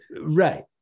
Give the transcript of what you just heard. right